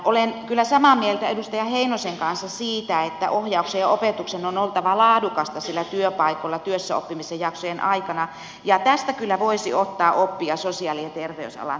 olen kyllä samaa mieltä edustaja heinosen kanssa siitä että ohjauksen ja opetuksen on oltava laadukasta siellä työpaikoilla työssäoppimisen jaksojen aikana ja tästä kyllä voisi ottaa oppia sosiaali ja terveysalan työpaikoista